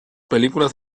películas